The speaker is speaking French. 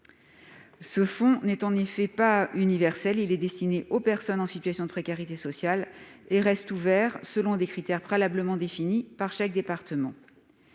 ce fonds n'est pas universel. Il est destiné aux personnes en situation de précarité sociale et reste ouvert selon les critères préalablement définis par chaque département.